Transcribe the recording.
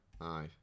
aye